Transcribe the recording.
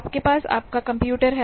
आपके पास आपका कंप्यूटर है